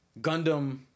Gundam